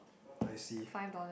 I see